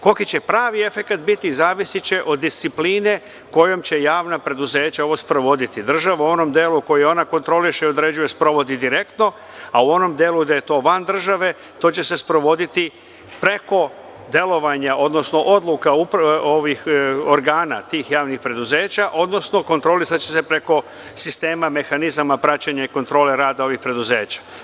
Koliki će pravi efekat biti, zavisiće od discipline kojom će javna preduzeća ovo sprovoditi, država u onom delu koji ona kontroliše, određuje sprovodi direktno, a u onom delu gde je to van države, to će se sprovoditi preko delovanja, odnosno odluka organa tih javnih preduzeća, odnosno kontrolisaće se preko sistema mehanizama praćenjem kontrole rada ovih preduzeća.